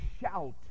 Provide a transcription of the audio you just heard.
shout